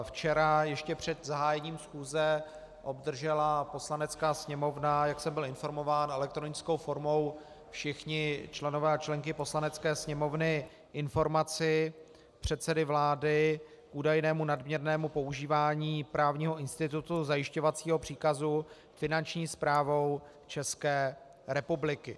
Včera ještě před zahájením schůze obdržela Poslanecká sněmovna, jak jsem byl informován, elektronickou formou, všichni členové a členky Poslanecké sněmovny, informaci předsedy vlády k údajnému nadměrnému používání právního institutu zajišťovacího příkazu Finanční správou České republiky.